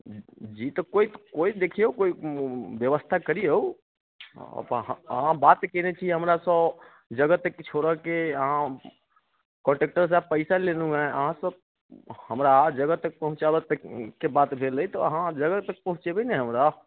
जी तऽ कोइ कोइ देखियौ कोइ व्यवस्था करियौ अहाँ बात केने छी हमरासँ जगह तक छोड़ऽके कंडक्टर साहब पैसा लेलहुँ हँ अहाँ से हमरा जगह तक पहुँचाबेके बात भेल हय तऽ अहाँ जगह तक पहुँचेबै ने हमरा